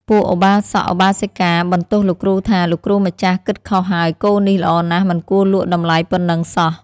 ពួកឧបាសកឧបាសិកាបន្ទោសលោកគ្រូថា "លោកគ្រូម្ចាស់ គិតខុសហើយ គោនេះល្អណាស់មិនគួរលក់តម្លៃប៉ុណ្ណឹងសោះ"។